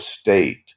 state